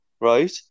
Right